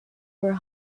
were